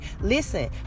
Listen